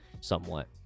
somewhat